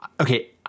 Okay